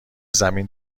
زمین